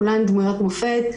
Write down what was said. כולן דמויות מופת,